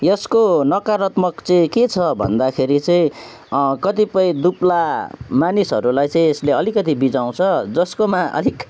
यसको नकारात्मक चाहिँ के छ भन्दाखेरि चाहिँ कतिपय दुब्ला मानिसहरूलाई चाहिँ यसले अलिकति बिझाउँछ जसकोमा अलिक